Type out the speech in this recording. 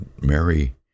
Mary